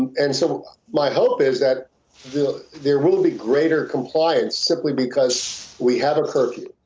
and so my hope is that there will be greater compliance, simply because we have a curfew.